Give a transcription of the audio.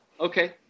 Okay